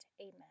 Amen